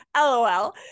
LOL